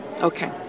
Okay